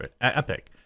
epic